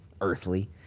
earthly